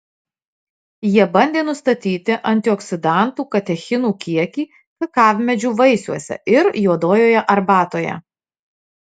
jie bandė nustatyti antioksidantų katechinų kiekį kakavmedžių vaisiuose ir juodojoje arbatoje